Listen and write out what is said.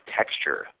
texture